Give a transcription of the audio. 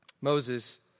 Moses